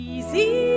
Easy